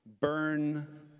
burn